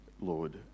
Lord